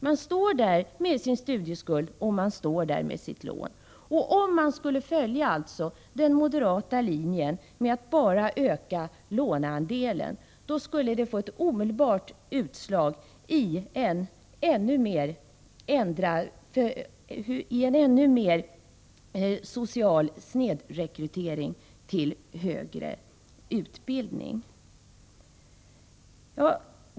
Man står där med sin studieskuld och sitt stora lån. Om man alltså skulle följa den moderata linjen med att bara öka låneandelen, skulle det få ett omedelbart genomslag i en ännu större social snedrekrytering till högre utbildning.